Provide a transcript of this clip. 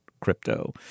crypto